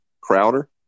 Crowder